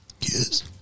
Yes